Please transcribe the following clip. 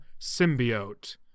Symbiote